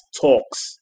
talks